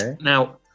Now